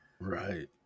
right